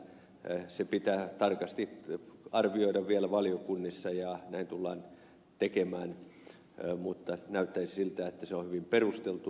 se pitää tarkasti arvioida vielä valiokunnissa ja näin tullaan tekemään mutta näyttäisi siltä että se on hyvin perusteltua